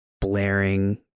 blaring